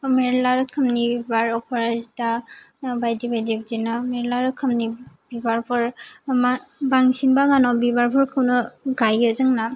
मेरला रोखोमनि बिबार अफराजिथा आमफाय बायदि बायदि बिदिनो मेरला रोखोमनि बिबारफोर बांसिन बागानाव बिबारफोरखौनो गायो जोंना